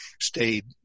stayed